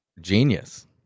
genius